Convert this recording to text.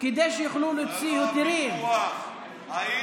כדי שיוכלו להוציא היתרים, בסדר?